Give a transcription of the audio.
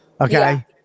okay